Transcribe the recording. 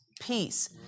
peace